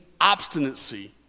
obstinacy